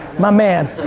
my man.